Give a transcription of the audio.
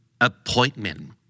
appointment